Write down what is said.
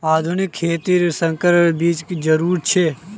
आधुनिक खेतित संकर बीज जरुरी छे